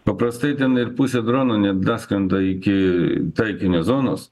paprastai ten ir pusė dronų nedaskrenda iki taikinio zonos